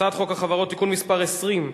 הצעת חוק החברות (תיקון מס' 19)